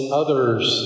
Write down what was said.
others